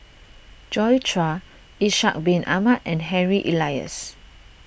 Joi Chua Ishak Bin Ahmad and Harry Elias